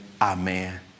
Amen